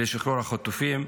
ולשחרור החטופים.